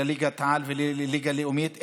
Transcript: לליגת העל ולליגה הלאומית,